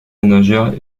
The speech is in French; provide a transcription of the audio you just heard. ménagères